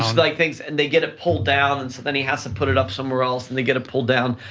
like things and they get it pulled down and so then he has to put it up somewhere else and they get it pulled down,